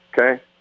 Okay